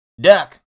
duck